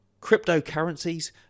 cryptocurrencies